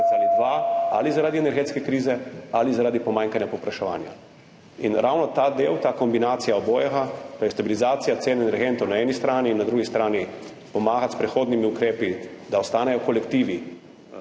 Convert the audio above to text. ali zaradi energetske krize, ali zaradi pomanjkanja povpraševanja. In ravno ta del, ta kombinacija obojega, to je stabilizacija cen energentov na eni strani in na drugi strani pomagati s prehodnimi ukrepi, da ostanejo kolektivi